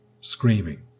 screaming